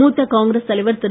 மூத்த காங்கிரஸ் தலைவர் திரு